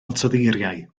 ansoddeiriau